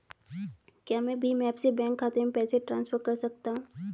क्या मैं भीम ऐप से बैंक खाते में पैसे ट्रांसफर कर सकता हूँ?